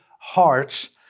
hearts